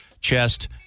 chest